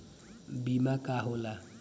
बीमा का होला?